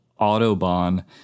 Autobahn